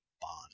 bond